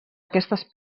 aquestes